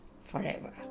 forever